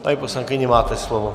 Paní poslankyně, máte slovo.